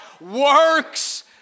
works